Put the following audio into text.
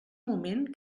moment